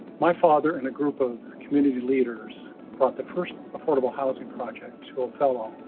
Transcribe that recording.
my father and a group of community leaders brought the first affordable housing project to othello,